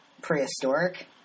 prehistoric